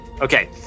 Okay